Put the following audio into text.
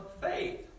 faith